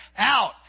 out